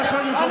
נא לשבת במקומך.